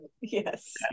Yes